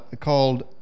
called